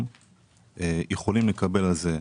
הם יכולים לקבל על זה ריבית,